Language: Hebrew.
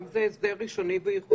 גם זה הסדר ראשוני וייחודי.